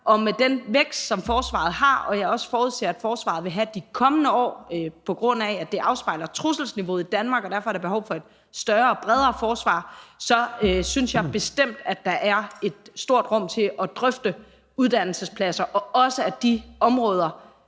og med den vækst, som forsvaret har, og som jeg også forudser forsvaret vil have de kommende år, på grund af at det afspejler trusselsniveauet i Danmark og der derfor er behov for et større og bredere forsvar, synes jeg bestemt, at der er et stort rum til at drøfte uddannelsespladser og også, at de områder,